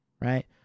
right